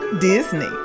Disney